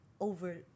over